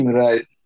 right